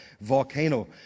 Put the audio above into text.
volcano